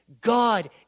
God